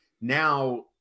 Now